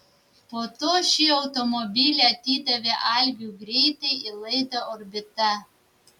po to šį automobilį atidavė algiui greitai į laidą orbita